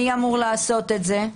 מי אמור לעשות את זה?